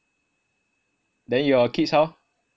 then your kids how